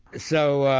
so